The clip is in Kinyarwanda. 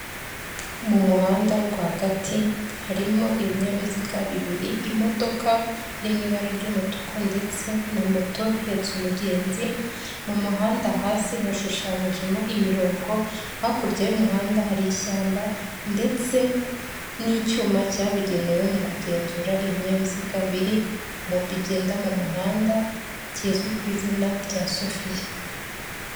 Mu muhanda rwagati harimo ibinyabiziga bibiri, imodoka iri mu ibara ry'umutuku ndetse na moto ihetse umugenzi, mu muhanda hasi hashushanyijemo imirongo, hakurya y'umuhanda hari ishyamba ndetse n'icyuma cyabugenewe mu kugenzura ibinyabiziga biri mu bigenda mu muhanda kizwi ku izina rya sofiya.